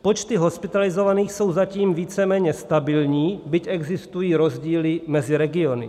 Počty hospitalizovaných jsou zatím víceméně stabilní, byť existují rozdíly mezi regiony.